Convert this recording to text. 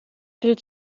bild